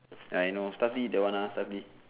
ya I know stuff D that one uh stuff D